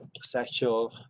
sexual